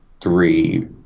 three